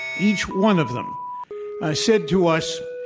each one of them said to us,